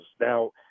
Now